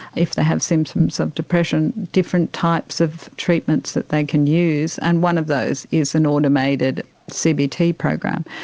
if they have symptoms of depression, different types of treatments that they can use, and one of those is an automated cbt program.